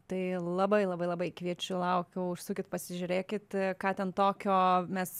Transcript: tai labai labai labai kviečiu laukiu užsukit pasižiūrėkit ką ten tokio mes